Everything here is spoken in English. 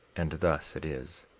and thus it is.